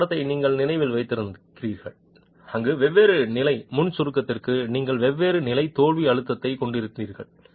இந்த படத்தை நீங்கள் நினைவில் வைத்திருக்கிறீர்கள் அங்கு வெவ்வேறு நிலை முன் சுருக்கத்திற்கு நீங்கள் வெவ்வேறு நிலை தோல்வி அழுத்தத்தைக் கொண்டிருக்கிறீர்கள்